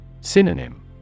Synonym